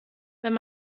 wenn